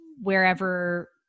wherever